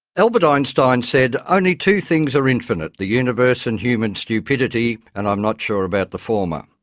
albert einstein said only two things are infinite, the universe and human stupidity, and i'm not sure about the former'.